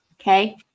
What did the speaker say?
Okay